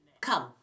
Come